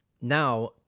Now